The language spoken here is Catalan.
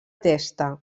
testa